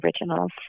originals